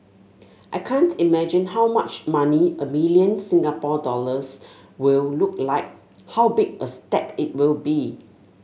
I can't imagine how much money a million Singapore dollars will look like how big a stack it will be